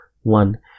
one